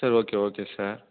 sir okay okay sir